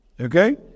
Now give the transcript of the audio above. Okay